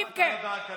ולמה אתה לא דאגת לזה?